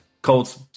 Colts